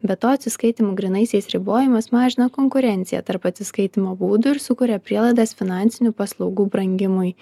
be to atsiskaitymų grynaisiais ribojimas mažina konkurenciją tarp atsiskaitymo būdų ir sukuria prielaidas finansinių paslaugų brangimui